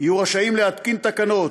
יהיו רשאים להתקין תקנות,